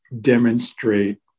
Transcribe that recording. demonstrate